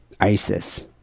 ISIS